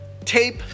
tape